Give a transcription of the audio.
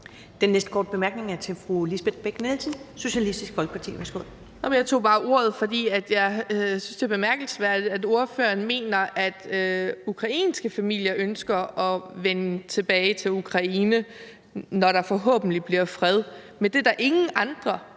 Den næste korte bemærkning er til fru Lisbeth Bech-Nielsen, Socialistisk Folkeparti. Værsgo. Kl. 14:33 Lisbeth Bech-Nielsen (SF): Jeg tog bare ordet, fordi jeg synes, det er bemærkelsesværdigt, at ordføreren mener, at ukrainske familier ønsker at vende tilbage til Ukraine, når der forhåbentlig bliver fred, men at det er der ingen andre